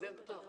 מעלות תרשיחא,